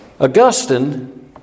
Augustine